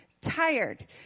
tired